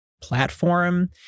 platform